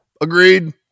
agreed